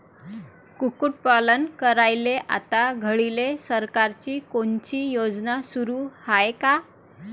कुक्कुटपालन करायले आता घडीले सरकारची कोनची योजना सुरू हाये का?